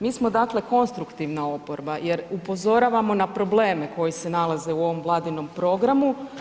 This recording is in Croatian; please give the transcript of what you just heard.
Mi smo, dakle konstruktivna oporba jer, upozoravamo na probleme koji se nalaze u ovome Vladinom programu.